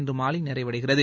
இன்றுமாலைநிறைவடைகிறது